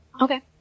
Okay